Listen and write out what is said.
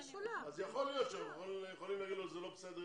יכול להיות שאנחנו יכולים להגיד לו: זה לא בסדר,